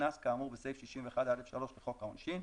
קנס כאמור בסעיף 61(א)(3) לחוק העונשין,